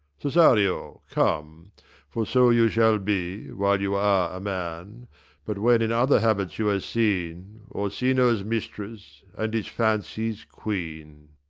cesario, come for so you shall be, while you are a man but, when in other habits you are seen, orsino's mistress and his fancy's queen.